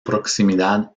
proximidad